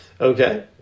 Okay